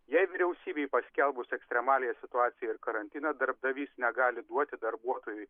jei vyriausybei paskelbus ekstremaliąją situaciją ir karantiną darbdavys negali duoti darbuotojui